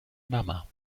mama